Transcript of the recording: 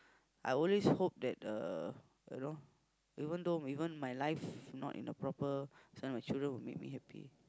I always hope that uh you know even though even my life not in the proper~ my children will make me happy